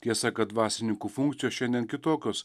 tiesa kad dvasininkų funkcijos šiandien kitokios